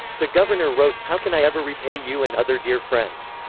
the governor wrote, how can i ever repay you and other dear friends?